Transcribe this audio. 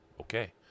okay